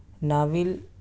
novel